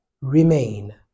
remain